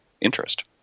interest